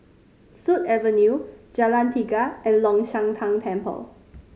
Sut Avenue Jalan Tiga and Long Shan Tang Temple